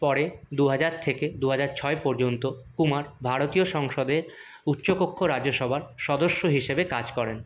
পরে দুহাজার থেকে দুহাজার ছয় পর্যন্ত কুমার ভারতীয় সংসদের উচ্চকক্ষ রাজ্যসভার সদস্য হিসেবে কাজ করেন